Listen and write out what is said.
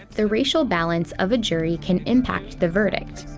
the racial balance of a jury can impact the verdict.